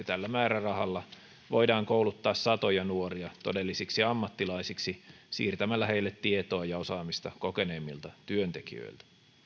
tällä määrärahalla voidaan kouluttaa satoja nuoria todellisiksi ammattilaisiksi siirtämällä heille tietoa ja osaamista kokeneemmilta työntekijöiltä